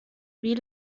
wie